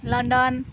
London